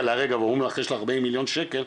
מהרגע להרגע ואומרים לך יש לך 40 מיליון שקל,